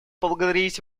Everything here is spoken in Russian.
поблагодарить